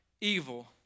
evil